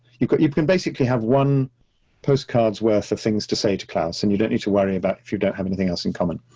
you've got, you can basically have one postcard worth of things to say to klaus, and you don't need to worry about if you don't have anything else in common,